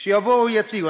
שיבואו ויציגו.